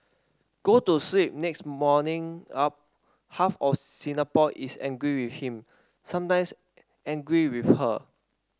go to sleep next morning up half of Singapore is angry with him sometimes angry with her